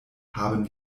haben